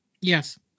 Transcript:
Yes